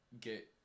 get